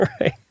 right